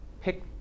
pick